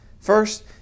First